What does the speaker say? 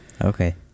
okay